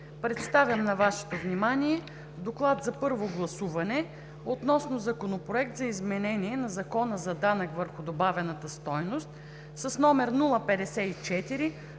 Представям на Вашето внимание: „ДОКЛАД за първо гласуване относно Законопроект за изменение на Закона за данък върху добавената стойност, № 054-01-43,